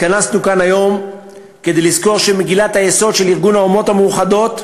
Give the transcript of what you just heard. התכנסנו כאן היום כדי לזכור שמגילת היסוד של ארגון האומות המאוחדות,